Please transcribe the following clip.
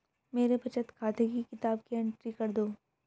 मेरे बचत खाते की किताब की एंट्री कर दो?